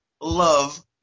love